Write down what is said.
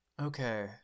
Okay